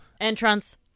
Entrance